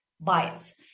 bias